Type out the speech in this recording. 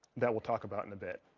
that we'll talk about in a bit